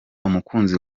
umukunzi